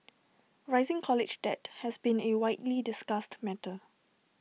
rising college debt has been A widely discussed matter